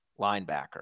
linebacker